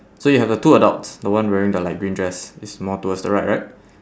so you have the two adults the one wearing the light green dress is more towards the right right